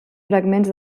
fragments